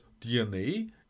DNA